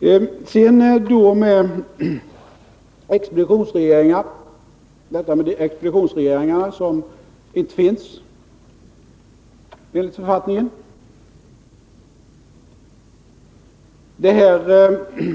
Låt mig sedan beröra frågan om expeditionsregeringarna, som enligt författningen inte finns.